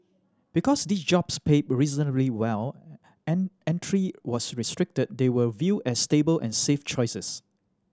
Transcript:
because these jobs paid reasonably well and entry was restricted they were viewed as stable and safe choices